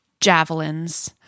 javelins